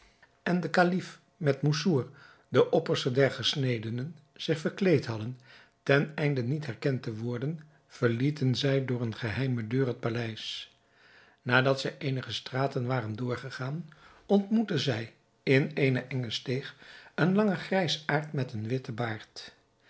en de kalif met masrour den opperste der gesnedenen zich verkleed hadden ten einde niet herkend te worden verlieten zij door eene geheime deur het paleis nadat zij eenige straten waren doorgegaan ontmoetten zij in eene enge steeg een langen grijsaard met een witten baard